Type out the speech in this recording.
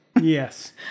Yes